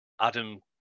Adam